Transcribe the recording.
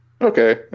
Okay